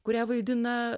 kurią vaidina